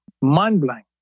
mind-blowing